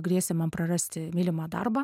grėsė man prarasti mylimą darbą